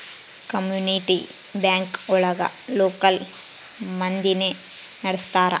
community bank ಒಳಗ local ಮಂದಿನೆ ನಡ್ಸ್ತರ